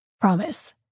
Promise